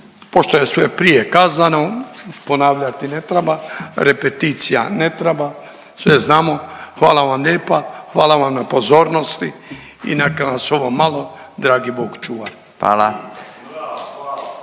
pošto je sve prije kazano ponavljati ne treba, repeticija ne treba sve znamo. Hvala vam lijepa, hvala vam na pozornost i neka nas ovo malo dragi Bog čuva.